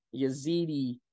Yazidi